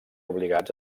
obligats